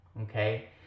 Okay